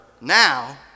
now